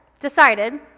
decided